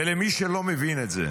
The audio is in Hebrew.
ולמי שלא מבין את זה,